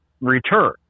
return